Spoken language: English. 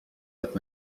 with